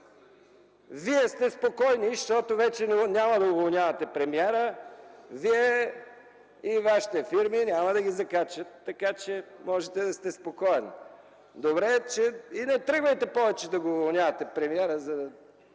Вие сте спокойни, защото вече няма да уволнявате премиера. Вие и Вашите фирми няма да ги закачат, така че можете да сте спокоен. И не тръгвайте повече да уволнявате премиера, за да